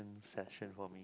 session for me